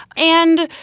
and,